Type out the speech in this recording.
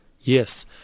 Yes